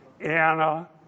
Anna